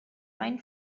find